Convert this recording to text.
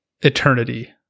eternity